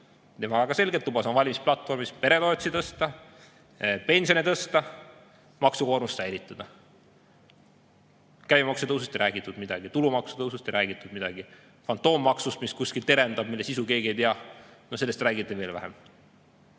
väga selgelt lubas oma valimisplatvormis peretoetusi tõsta, pensione tõsta, maksukoormust säilitada. Käibemaksu tõusust ei räägitud midagi, tulumaksu tõusust ei räägitud midagi, fantoommaksust, mis kuskilt terendab, mille sisu keegi ei tea, sellest räägiti veel vähem.